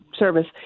service